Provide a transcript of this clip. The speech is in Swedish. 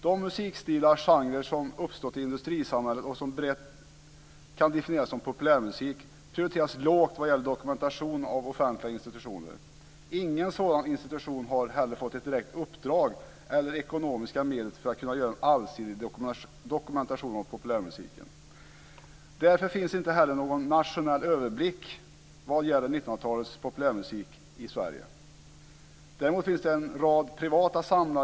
De musikstilar, genrer, som uppstått i industrisamhället och som brett kan definieras som populärmusik prioriteras lågt vad gäller dokumentation av offentliga institutioner. Ingen sådan institution har heller fått ett direkt uppdrag eller ekonomiska medel för att kunna göra en allsidig dokumentation av populärmusiken. Därför finns det inte heller någon nationell överblick vad gäller 1900-talets populärmusik i Sverige. Däremot finns det en rad privata samlare.